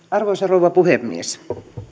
arvoisa rouva puhemies